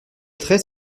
traits